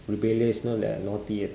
rebellious you know like naughty uh